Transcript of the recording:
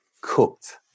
cooked